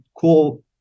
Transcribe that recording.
cool